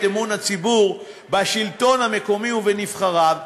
אמון הציבור בשלטון המקומי ובנבחריו,